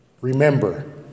remember